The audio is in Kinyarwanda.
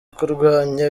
kurwanya